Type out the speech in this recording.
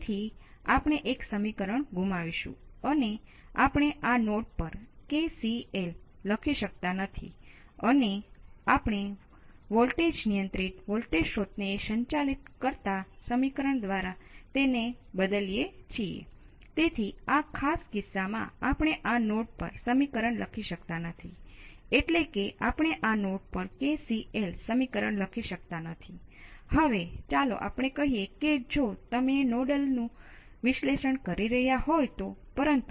ત્યાં ઘણા જુદા જુદા પ્રકારનાં વિકલન સમીકરણોથી પર ધ્યાન કેન્દ્રિત કરવામાં આવશે અને આપણે માટે ખૂબ જ સરળ પ્રકારનાં વિકલન સમીકરણોને આપણે કરીશું